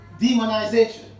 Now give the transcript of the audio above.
demonization